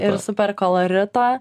ir superkolorito